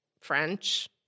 French